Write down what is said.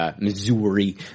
Missouri